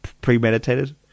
premeditated